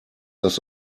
das